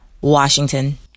Washington